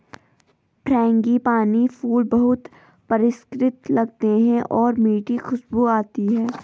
frangipani फूल बहुत परिष्कृत लगते हैं और मीठी खुशबू आती है